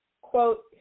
quote